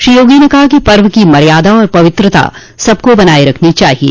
श्री योगी ने कहा कि पर्व की मर्यादा और पवित्रता सबको बनाये रखनी चाहिये